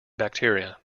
bacteria